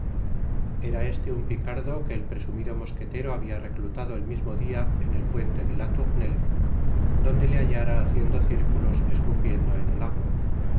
era este un picardo que el presumido mosquetero habia reclutado el mismo dia en el puente de la tournelle donde le hallara haciendo circulos escupiendo en el agua